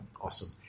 Awesome